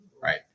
right